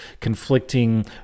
conflicting